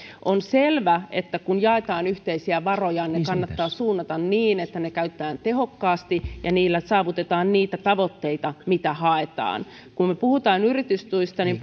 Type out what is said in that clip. on selvää että kun jaetaan yhteisiä varoja ne kannattaa suunnata niin että ne käytetään tehokkaasti ja niillä saavutetaan niitä tavoitteita mitä haetaan kun me puhumme yritystuista niin